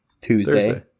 Tuesday